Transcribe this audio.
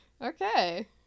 okay